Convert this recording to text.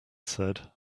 said